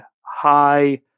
high